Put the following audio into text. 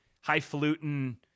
highfalutin